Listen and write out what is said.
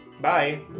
bye